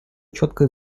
четко